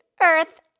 Earth